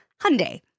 Hyundai